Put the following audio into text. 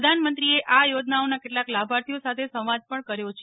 પ્રધાનમંત્રીએ આ યોજનાઓના કેટલાક લાભાર્થીઓ સાથે સંવાદ પણ કર્યો છે